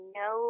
no